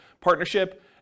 partnership